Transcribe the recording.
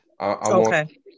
okay